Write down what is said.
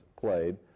played